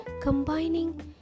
Combining